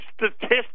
statistics